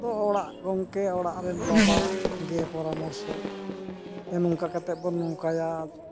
ᱠᱚᱫᱚ ᱚᱲᱟᱜ ᱜᱚᱝᱠᱮ ᱚᱲᱟᱜ ᱨᱮᱱ ᱵᱟᱵᱟ ᱜᱮ ᱯᱚᱨᱟᱢᱚᱨᱥᱚ ᱡᱮ ᱱᱚᱝᱠᱟ ᱠᱟᱛᱮᱫ ᱵᱚᱱ ᱱᱚᱝᱠᱟᱭᱟ